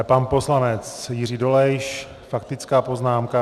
Pan poslanec Jiří Dolejš, faktická poznámka.